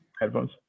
headphones